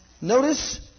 notice